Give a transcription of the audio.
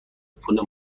پول